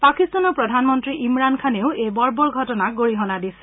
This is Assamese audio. পাকিস্তানৰ প্ৰধানমন্ত্ৰী ইমৰান খানেও এই বৰ্বৰ ঘটনাক গৰিহণা দিছে